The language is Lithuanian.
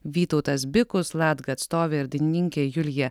vytautas bikus latga atstovė ir dainininkė julija